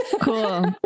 Cool